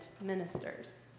ministers